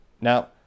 Now